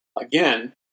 again